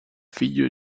figlio